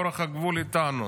לאורך הגבול איתנו.